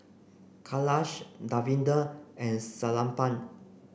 Kailash Davinder and Sellapan